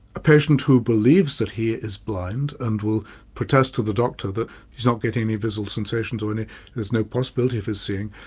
a patient who believes that he is blind and will protest to the doctor that he's not getting any visual sensations or there's no possibility of his seeing.